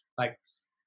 thanks